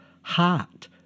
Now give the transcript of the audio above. heart